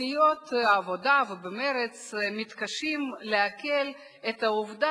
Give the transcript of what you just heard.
בסיעות העבודה ובמרצ מתקשים לעכל את העובדה